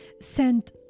sent